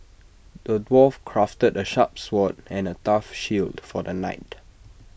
the dwarf crafted A sharp sword and A tough shield for the knight